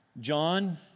John